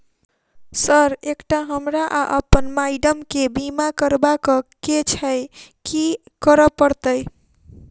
Sir एकटा हमरा आ अप्पन माइडम केँ बीमा करबाक केँ छैय की करऽ परतै?